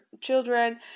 children